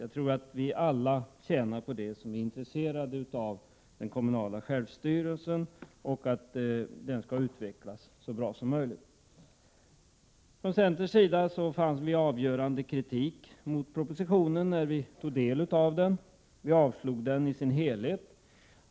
Jag tror att vi alla som är intresserade av den kommunala självstyrelsen tjänar på det och på att den skall utvecklas så bra som möjligt. Vi i centern kritiserade propositionen när vi tog del av den. Vi ansåg att den skulle avslås i sin helhet.